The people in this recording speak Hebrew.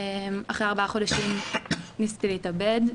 אחרי ארבעה חודשים ניסיתי להתאבד,